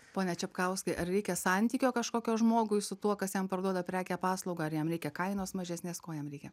pone čepkauskai ar reikia santykio kažkokio žmogui su tuo kas jam parduoda prekę paslaugą ar jam reikia kainos mažesnės ko jam reikia